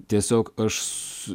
tiesiog aš